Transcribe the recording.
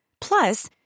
Plus